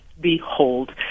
behold